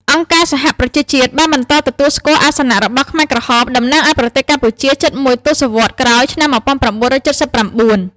អង្គការសហប្រជាជាតិបានបន្តទទួលស្គាល់អាសនៈរបស់ខ្មែរក្រហម តំណាងឱ្យប្រទេសកម្ពុជាជិតមួយទសវត្សរ៍ក្រោយឆ្នាំ១៩៧៩។